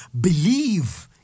believe